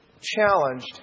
challenged